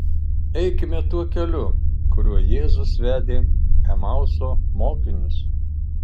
eikime tuo keliu kuriuo jėzus vedė emauso mokinius